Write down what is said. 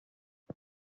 tur